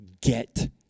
get